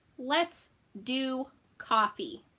let's do coffee.